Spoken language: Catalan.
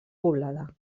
poblada